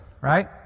right